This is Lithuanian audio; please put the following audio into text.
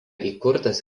įkurtas